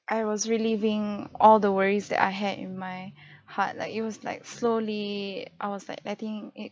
I was relieving all the worries that I had in my heart like it was like slowly I was like letting it